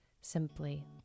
simply